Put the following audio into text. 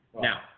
Now